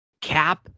Cap